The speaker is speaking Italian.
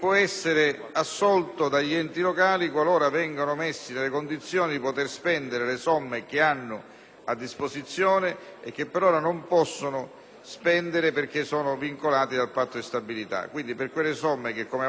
disposizione che, per ora, non possono utilizzare perche´ vincolati dal Patto di stabilita. Per quelle somme che come avanzi di amministrazione possono essere utilizzate come investimenti per la sicurezza delle scuole credo che il Governo possa accettare